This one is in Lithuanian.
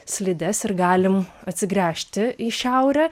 slides ir galim atsigręžti į šiaurę